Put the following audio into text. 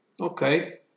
Okay